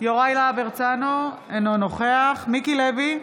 יוראי להב הרצנו, אינו נוכח מיקי לוי,